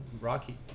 Rocky